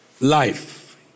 life